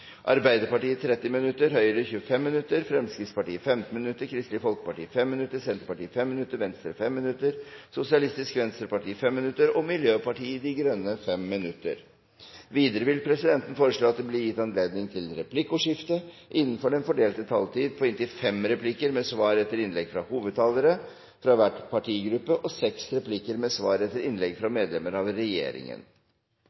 Arbeiderpartiet 30 minutter, Høyre 25 minutter, Fremskrittspartiet 15 minutter, Kristelig Folkeparti 5 minutter, Senterpartiet 5 minutter, Venstre 5 minutter, Sosialistisk Venstreparti 5 minutter og Miljøpartiet De Grønne 5 minutter. Videre vil presidenten foreslå at det blir gitt anledning til replikkordskifte på inntil fem replikker med svar etter innlegg fra hovedtalerne for hver partigruppe og seks replikker med svar etter innlegg fra